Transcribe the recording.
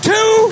Two